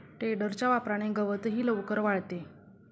टेडरच्या वापराने गवतही लवकर वाळते